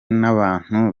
n’abantu